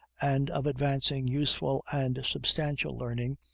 and of advancing useful and substantial learning,